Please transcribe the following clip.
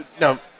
Now